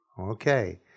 Okay